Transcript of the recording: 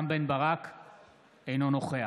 אינו נוכח